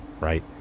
right